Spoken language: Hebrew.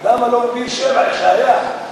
למה לא בבאר-שבע, כמו שהיה?